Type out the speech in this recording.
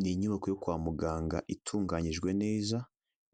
N' inyubako yo kwa muganga itunganyijwe neza